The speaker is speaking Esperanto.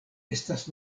estas